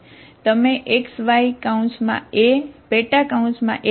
તમે xy Ax y લો